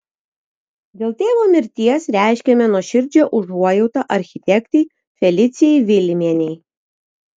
dėl tėvo mirties reiškiame nuoširdžią užuojautą architektei felicijai vilimienei